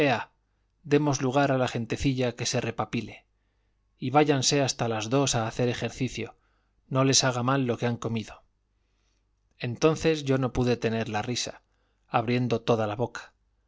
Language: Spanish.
demos lugar a la gentecilla que se repapile y váyanse hasta las dos a hacer ejercicio no les haga mal lo que han comido entonces yo no pude tener la risa abriendo toda la boca